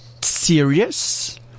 serious